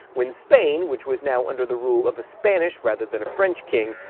when spain, which was now under the rule of a spanish, rather than a french king,